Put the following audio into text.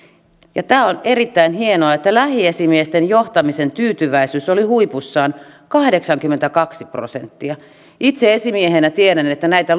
ja tämä on erittäin hienoa että lähiesimiesten johtamiseen tyytyväisyys oli huipussaan kahdeksankymmentäkaksi prosenttia itse esimiehenä tiedän että näitä